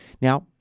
Now